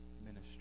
ministry